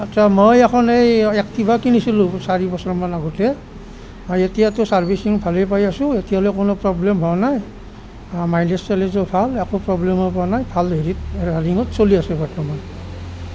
আটছা মই এখন এই এক্টিভা কিনিছিলোঁ চাৰিবছৰমান আগতে আৰু এতিয়াটো চাৰ্ভিচিং ভালে পাই আছো এতিয়ালৈ কোনো প্ৰব্লেম হোৱা নাই মাইলেজ চাইলেজো ভাল একো প্ৰব্লেমো পোৱা নাই ভাল হেৰিত ৰানিঙত চলি আছে বৰ্তমান